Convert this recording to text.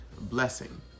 blessing